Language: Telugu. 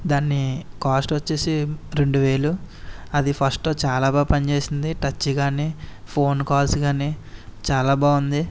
దాన్ని కాస్ట్ వచ్చేసి రెండు వేలు అది ఫస్ట్ చాలా బాగా పనిచేస్తుంది టచ్ గానీ ఫోన్ కాల్స్ గానీ చాలా బాగుంది